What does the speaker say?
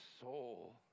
soul